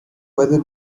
weather